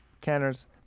Canner's